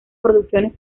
producciones